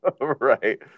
Right